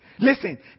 Listen